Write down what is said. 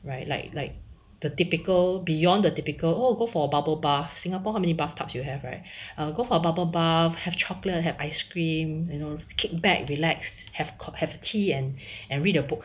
right like like the typical beyond the typical oh go for a bubble bath singapore how many bath tubs you have right I will go for bubble bath have chocolate have ice cream you know kickback relax have co~ have tea and and read a book